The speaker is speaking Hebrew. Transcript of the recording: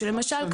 למשל,